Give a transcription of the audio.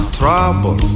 trouble